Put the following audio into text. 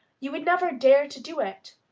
you would never dare to do it,